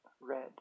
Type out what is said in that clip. red